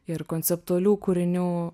ir konceptualių kūrinių